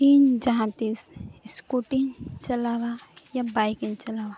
ᱤᱧ ᱡᱟᱦᱟᱸ ᱛᱤᱥ ᱥᱠᱩᱴᱤᱧ ᱪᱟᱞᱟᱣᱟ ᱭᱟ ᱵᱟᱭᱤᱠᱤᱧ ᱪᱟᱞᱟᱣᱟ